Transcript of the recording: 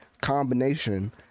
combination